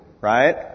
right